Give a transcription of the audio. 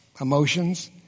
emotions